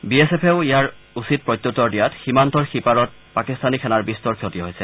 B S এফেও ইয়াৰ উচিত প্ৰত্যুত্তৰ দিয়াত সীমান্তৰ সিপাৰত পাকিস্তানী সেনাৰ বিস্তৰ ক্ষতি হৈছে